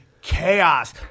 chaos